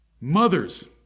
mothers